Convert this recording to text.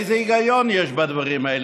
איזה היגיון יש בדברים האלה,